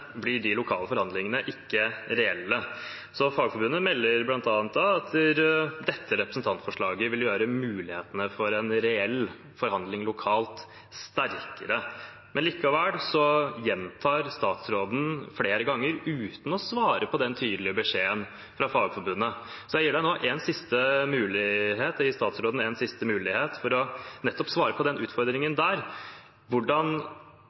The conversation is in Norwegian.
blir reelle. Fagforbundet melder bl.a. at dette representantforslaget vil gjøre mulighetene for en reell forhandling lokalt sterkere. Likevel gjentar statsråden sin påstand flere ganger uten å svare på den tydelige beskjeden fra Fagforbundet, så jeg gir statsråden en siste mulighet for nettopp å svare på den utfordringen: Hvordan